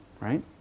right